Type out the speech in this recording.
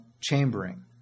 chambering